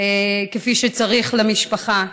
כפי שצריך למשפחה.